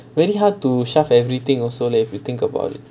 very hard to shove everything also leh if you think about it